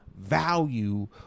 value